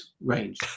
range